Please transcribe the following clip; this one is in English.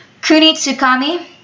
Kunitsukami